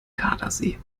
gardasee